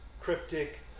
cryptic